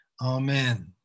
Amen